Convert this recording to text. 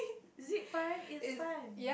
zip fun is fun